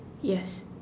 yes